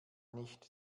nicht